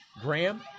Graham